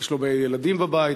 יש לו ילדים בבית,